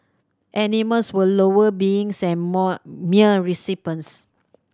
animals were lower beings and more mere recipients